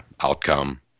outcome